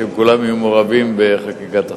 שכולם יהיו מעורבים בחקיקת החוק.